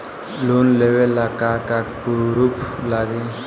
Loan लेबे ला का का पुरुफ लागि?